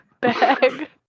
bag